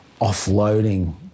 offloading